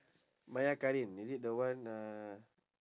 maya karin is it the one uh